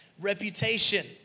reputation